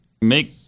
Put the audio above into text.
make